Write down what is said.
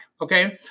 okay